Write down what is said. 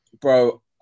Bro